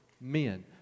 men